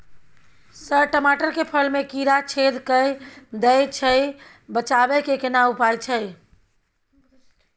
Sir टमाटर के फल में कीरा छेद के दैय छैय बचाबै के केना उपाय छैय?